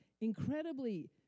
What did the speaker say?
incredibly